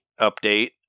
update